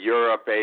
Europe